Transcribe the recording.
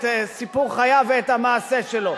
את סיפור חייו ואת המעשה שלו.